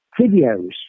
videos